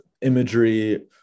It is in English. imagery